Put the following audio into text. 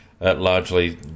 largely